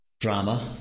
drama